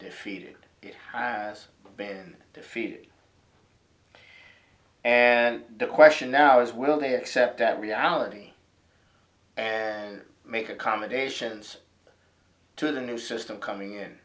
defeated it hires been defeated and the question now is will they accept that reality and make accommodations to the new system coming in